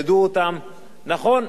נכון, יש אורח חיים שונה.